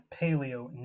paleo